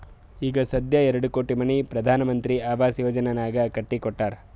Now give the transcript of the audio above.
ಈಗ ಸಧ್ಯಾ ಎರಡು ಕೋಟಿ ಮನಿ ಪ್ರಧಾನ್ ಮಂತ್ರಿ ಆವಾಸ್ ಯೋಜನೆನಾಗ್ ಕಟ್ಟಿ ಕೊಟ್ಟಾರ್